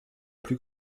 plus